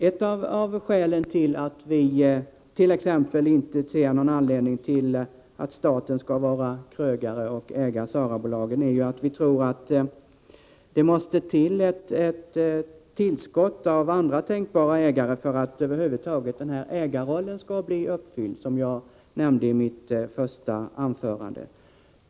Ett av skälen till att vi inte ser någon anledning till att staten skall vara krögare och äga SARA-bolagen är att vi tror att det måste till ett tillskott av andra tänkbara ägare för att denna ägarroll över huvud taget skall bli uppfylld, som jag sade i mitt första inlägg.